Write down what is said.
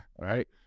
right